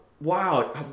wow